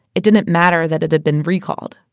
it didn't matter that it had been recalled